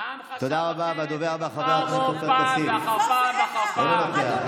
והעם חשב אחרת פעם ועוד פעם ואחר פעם ואחר פעם.